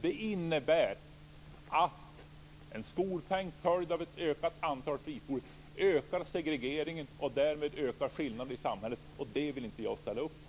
Det innebär att en skolpeng följd av ett ökat antal friskolor ökar segregeringen. Därmed ökar skillnaderna i samhället, och det vill inte jag ställa upp på.